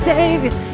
Savior